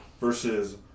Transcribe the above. versus